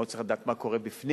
מה, הוא צריך לדעת מה קורה בפנים?